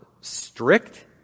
strict